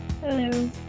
Hello